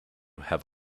have